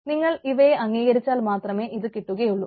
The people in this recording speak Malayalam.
നിങ്ങൾ ഇവയെ അംഗീകരിച്ചാൽ മാത്രമേ ഇതു കിട്ടുകയുള്ളു